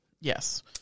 Yes